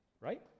right